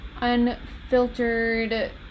unfiltered